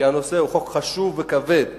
כי הנושא חשוב וכבד ומהותי,